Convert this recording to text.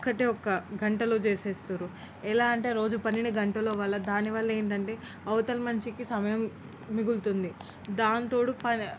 ఒకే ఒక్క గంటలో చేసేస్తారు ఎలా అంటే రోజు పనిని గంటలో వాళ్ళు దానివల్ల ఏంటంటే అవతల మనిషికి సమయం మిగులుతుంది దానికి తోడు ప